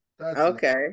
Okay